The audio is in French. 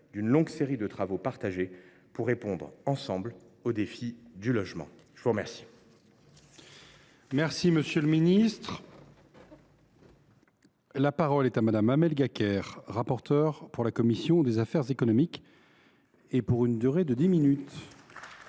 d’une longue série de travaux partagés pour répondre ensemble aux défis du logement. La parole